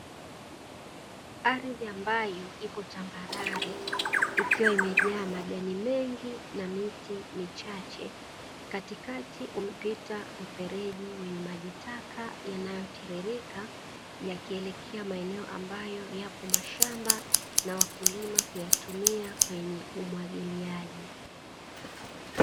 Ardhi ambayo ipo tambarare ikiwa imejaa majani mengi na miti michache, katikati umepita mfereji wenye maji taka yanayotiririka yakielekea maeneo ambayo yapo mashamba na wakulima huyatumia kwenye umwagiliaji.